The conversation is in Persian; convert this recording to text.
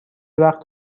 وقت